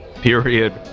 period